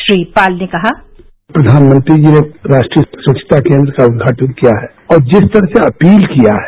श्री पाल ने कहा प्रधानमंत्री जी ने राष्ट्रीय स्वच्छता केन्द्र का उद्घाटन किया है और जिस तरह से अपील किया है